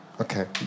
Okay